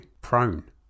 prone